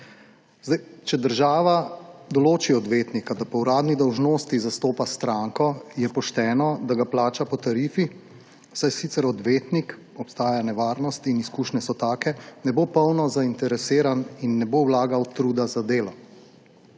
trgu. Če država določi odvetnika, da po uradni dolžnosti zastopa stranko, je pošteno, da ga plača po tarifi, saj sicer odvetnik – obstaja nevarnost in izkušnje so take – ne bo polno zainteresiran in ne bo vlagal truda v delo.